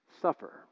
suffer